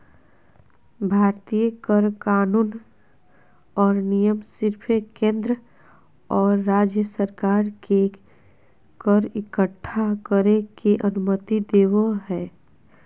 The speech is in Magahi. भारतीय कर कानून और नियम सिर्फ केंद्र और राज्य सरकार के कर इक्कठा करे के अनुमति देवो हय